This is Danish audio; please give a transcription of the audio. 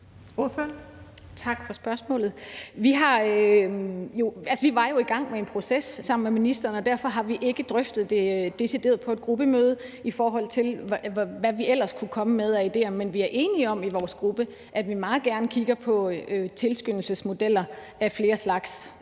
Vi var jo i gang med en proces sammen med ministeren, og derfor har vi ikke drøftet det på et decideret gruppemøde, i forhold til hvad vi ellers kunne komme med af idéer. Men vi er enige om i vores gruppe, at vi meget gerne kigger på tilskyndelsesmodeller af flere slags.